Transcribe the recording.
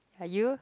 are you